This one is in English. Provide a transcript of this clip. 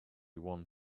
one